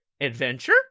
adventure